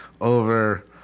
over